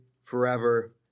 forever